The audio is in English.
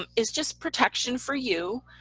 ah is just protection for you,